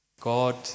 God